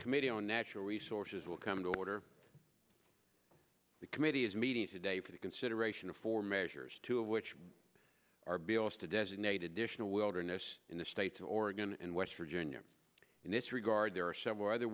committee on natural resources will come to order the committee is meeting today for the consideration of four measures two of which are bills to designate additional wilderness in the state of oregon and west virginia in this regard there are several other